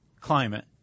climate